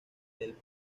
del